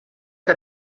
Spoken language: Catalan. que